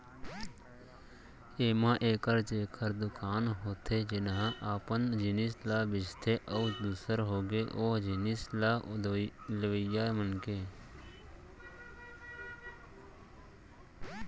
ऐमा एक जेखर दुकान होथे जेनहा अपन जिनिस ल बेंचथे अउ दूसर होगे ओ जिनिस ल लेवइया मनखे